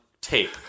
tape